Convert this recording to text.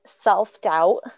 self-doubt